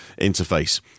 interface